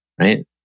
Right